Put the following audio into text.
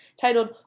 titled